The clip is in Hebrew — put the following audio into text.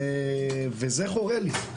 וזה חורה לי.